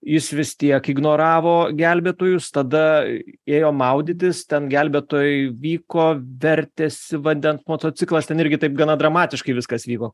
jis vis tiek ignoravo gelbėtojus tada ėjo maudytis ten gelbėtojai vyko vertėsi vandens motociklas ten irgi taip gana dramatiškai viskas vyko